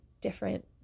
different